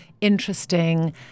interesting